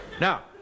Now